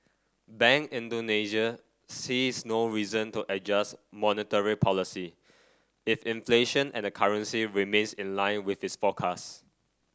Bank Indonesia sees no reason to adjust monetary policy if inflation and the currency remains in line with its forecast